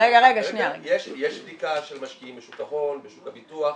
יש בדיקה של משקיעים בשוק ההון, בשוק הביטוח.